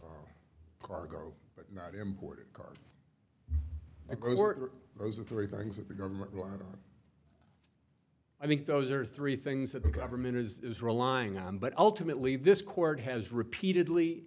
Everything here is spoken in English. of cargo but not imported cars a coworker or three things that the government or i think those are three things that the government is relying on but ultimately this court has repeatedly